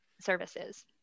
services